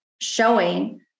showing